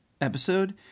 episode